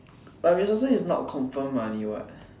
but resources is not confirm money [what]